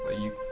you.